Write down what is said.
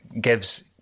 gives